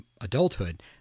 adulthood